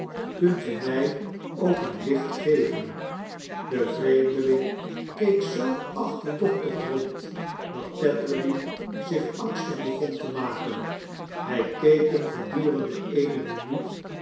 kunt u mij ook een licht geven de vreemdeling keek zoo achterdochtig rond dat tetterby zioh angstig begon te maken hij keek hem gedurende eene minuut